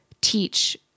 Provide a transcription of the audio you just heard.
teach